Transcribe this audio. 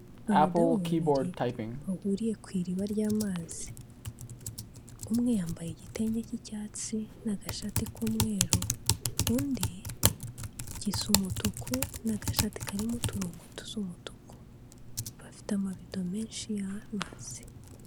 Abadamu babiri bahuriye ku iriba ry'amazi, umwe yambaye igitenge cy'icyatsi n'agashati k'umweru, undi gisa umutuku n'agashati karimo uturongo tw'umutuku, bafite amabido menshi y'amazi.